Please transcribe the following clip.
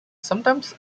sometimes